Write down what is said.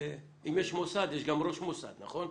אם יש מוסד, יש גם ראש מוסד, נכון?